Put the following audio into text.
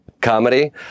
comedy